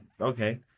Okay